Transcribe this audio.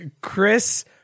Chris